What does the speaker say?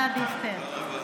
תודה, דיכטר.